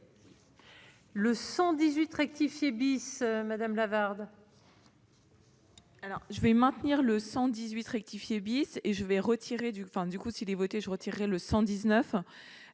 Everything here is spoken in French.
Le 118 rectifié bis Madame Lavarde. Alors je vais maintenir le 118 rectifié bis et je vais retirer du fin